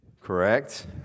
Correct